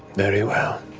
very well.